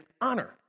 honor